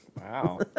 Wow